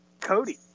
Cody